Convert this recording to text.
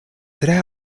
tre